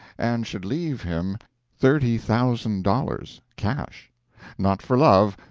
and should leave him thirty thousand dollars, cash not for love,